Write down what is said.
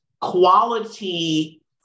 quality